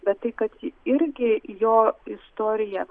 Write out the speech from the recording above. bet tai kad irgi jo istorija